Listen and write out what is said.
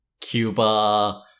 Cuba